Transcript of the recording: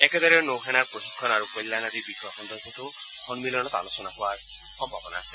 একেদৰে নৌ সেনাৰ প্ৰশিক্ষণ আৰু কল্যাণ আদি বিষয় সন্দৰ্ভত আলোচনা হোৱাৰ সম্ভাৱনা আছে